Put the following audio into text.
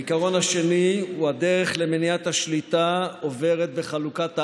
העיקרון השני הוא שהדרך למניעת השליטה עוברת בחלוקת הארץ.